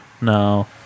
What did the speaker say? No